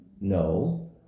No